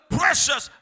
precious